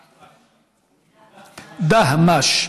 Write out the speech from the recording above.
דהמש.